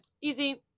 Easy